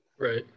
Right